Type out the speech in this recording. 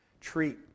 Treat